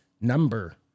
number